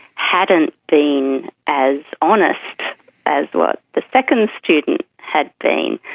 hadn't been as honest as what the second student had been.